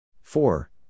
four